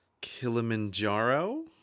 Kilimanjaro